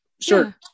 sure